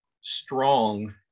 strong